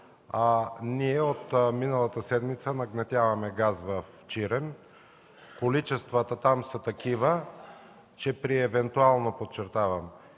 ние от миналата седмица нагнетяваме газ в Чирен. Количествата там са такива, че при евентуално, подчертавам,